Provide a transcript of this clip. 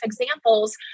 examples